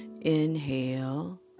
inhale